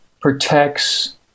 protects